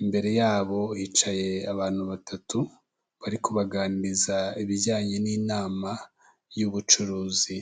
Imbere yabo hicaye abantu batatu, bari kubaganiriza ibijyanye n'inama y'ubucuruzi.